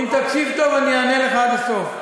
אם תקשיב טוב, אענה לך עד הסוף.